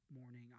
morning